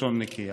בלשון נקייה.